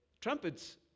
trumpets